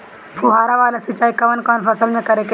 फुहारा वाला सिंचाई कवन कवन फसल में करके चाही?